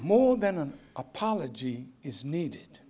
more than an apology is ne